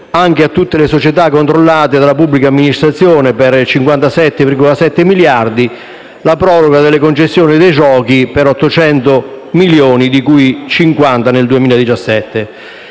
anche a tutte le società controllate dalla pubblica amministrazione (57,7 milioni), la proroga delle concessioni dei giochi (800 milioni, di cui 50 nel 2017).